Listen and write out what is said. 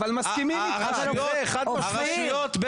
הרשויות,